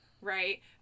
Right